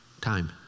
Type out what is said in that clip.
time